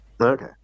Okay